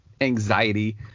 anxiety –